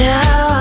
Now